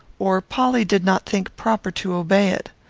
or polly did not think proper to obey it.